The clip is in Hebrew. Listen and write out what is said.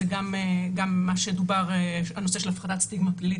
זה גם מה שדובר על הנושא של הפחתת סטיגמה פלילית,